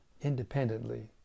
independently